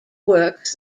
works